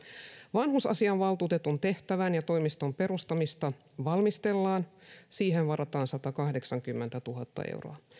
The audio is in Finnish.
vanhusasiavaltuutetun tehtävän ja toimiston perustamista valmistellaan siihen varataan satakahdeksankymmentätuhatta euroa